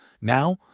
Now